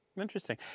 interesting